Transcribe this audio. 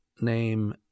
name